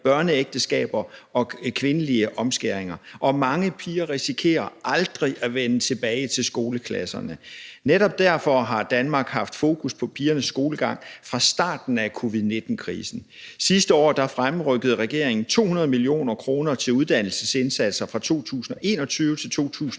børneægteskaber og kvindelige omskæringer, og mange piger risikerer aldrig at vende tilbage til skoleklasserne. Netop derfor har Danmark haft fokus på pigernes skolegang fra starten af covid-19-krisen. Sidste år fremrykkede regeringen 200 mio. kr. til uddannelsesindsatser fra 2021 til 2020